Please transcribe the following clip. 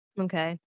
Okay